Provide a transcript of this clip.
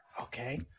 Okay